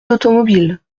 d’automobile